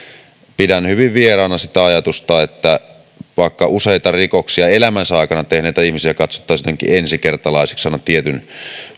pidän hyvin vieraana sitä ajatusta että vaikkapa useita rikoksia elämänsä aikana tehneitä ihmisiä pidettäisiin jotenkin ensikertalaisina aina tietyn